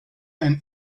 and